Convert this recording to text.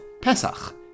Pesach